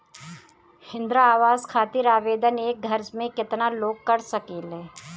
इंद्रा आवास खातिर आवेदन एक घर से केतना लोग कर सकेला?